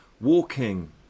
walking